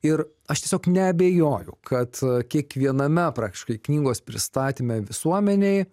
ir aš tiesiog neabejoju kad kiekviename praktiškai knygos pristatyme visuomenei